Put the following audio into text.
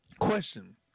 Question